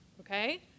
okay